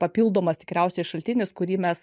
papildomas tikriausiai šaltinis kurį mes